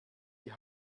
die